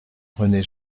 rené